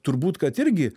turbūt kad irgi